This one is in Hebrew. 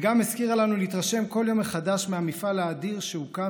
היא גם הזכירה לנו להתרשם כל יום מחדש מהמפעל האדיר שהוקם,